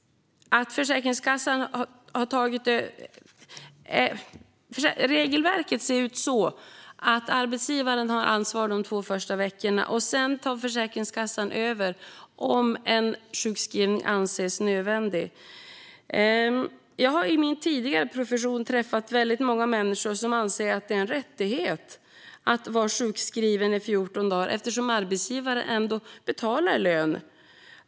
Som regelverket ser ut nu har arbetsgivaren ansvaret de två första veckorna; sedan tar Försäkringskassan över om en sjukskrivning anses nödvändig. Jag har i min tidigare profession träffat väldigt många människor som anser att det är en rättighet att vara sjukskriven i 14 dagar eftersom arbetsgivaren ändå betalar lön.